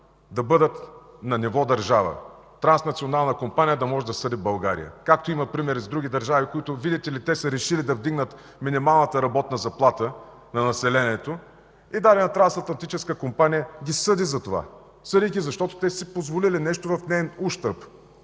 да бъдат на ниво държава, транснационална компания да може да съди България. Както има примери с други държави, видите ли, те са решили да вдигнат минималната работна заплата на населението и дадена трансатлантическа компания ги съди за това. Съди ги, защото те са си позволили нещо в нейн ущърб.